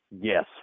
Yes